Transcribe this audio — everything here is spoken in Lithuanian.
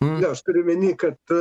ne aš turiu omeny kad